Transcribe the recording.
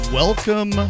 Welcome